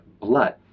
blood